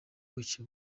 buki